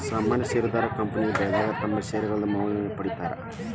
ಸಾಮಾನ್ಯ ಷೇರದಾರ ಕಂಪನಿ ಬೆಳಿವಾಗ ತಮ್ಮ್ ಷೇರ್ಗಳಿಂದ ಮೌಲ್ಯವನ್ನ ಪಡೇತಾರ